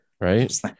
Right